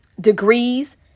degrees